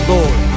Lord